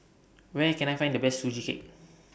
Where Can I Find The Best Sugee Cake